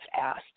asked